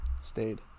Stayed